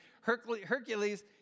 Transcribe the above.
Hercules